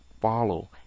follow